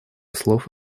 слов